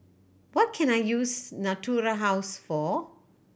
what can I use Natura House for